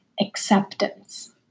acceptance